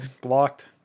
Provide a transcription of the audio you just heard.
Blocked